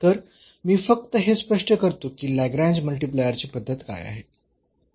तर मी फक्त हे स्पष्ट करतो की लाग्रेंज मल्टीप्लायरची पद्धत काय आहे